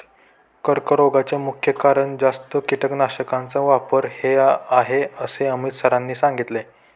कर्करोगाचे मुख्य कारण जास्त कीटकनाशकांचा वापर हे आहे असे अमित सरांनी सांगितले